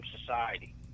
society